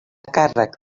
càrrec